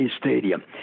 Stadium